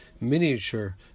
miniature